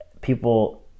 people